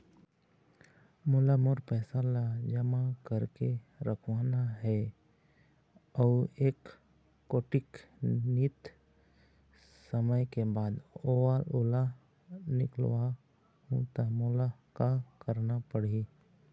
मोला मोर पैसा ला जमा करके रखवाना हे अऊ एक कोठी नियत समय के बाद ओला निकलवा हु ता मोला का करना पड़ही?